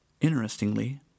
Interestingly